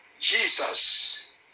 Jesus